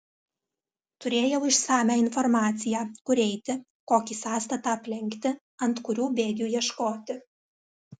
turėjau išsamią informaciją kur eiti kokį sąstatą aplenkti ant kurių bėgių ieškoti